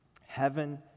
heaven